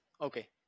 okay